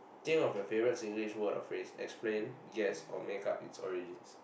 tale of your favourite Singlish word or phrase explain yes or make up its origins